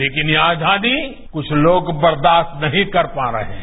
तेकिन यह आजादी कुछ लोग बर्दाश्त नहीं कर पा रहे हैं